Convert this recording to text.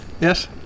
Yes